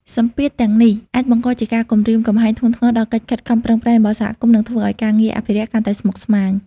សម្ពាធទាំងនេះអាចបង្កជាការគំរាមកំហែងធ្ងន់ធ្ងរដល់កិច្ចខិតខំប្រឹងប្រែងរបស់សហគមន៍ និងធ្វើឱ្យការងារអភិរក្សកាន់តែស្មុគស្មាញ។